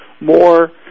more